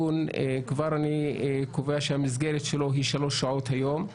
כבר אני קובע שמסגרת הדיון היא שלוש שעות היום,